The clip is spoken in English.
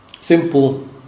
simple